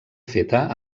feta